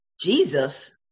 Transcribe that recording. Jesus